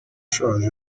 ushaje